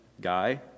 guy